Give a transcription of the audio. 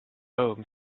poem